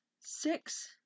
six